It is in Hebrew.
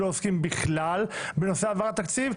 שלא עוסקים בכלל בהעברת תקציב.